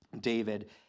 David